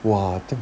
!wah!